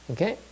Okay